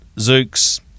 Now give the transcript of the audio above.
Zooks